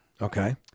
Okay